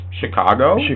Chicago